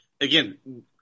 again